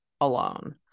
alone